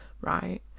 right